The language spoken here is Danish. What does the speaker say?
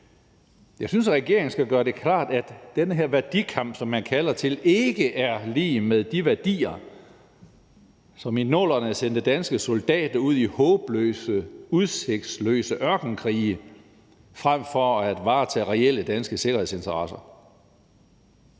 Jeg synes, at regeringen skal gøre det klart, at den her værdikamp, som man kalder til, ikke er lig med de værdier, som i 00'erne sendte danske soldater ud i håbløse, udsigtsløse ørkenkrige frem for at varetage reelle danske sikkerhedsinteresser.